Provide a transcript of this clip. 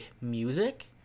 music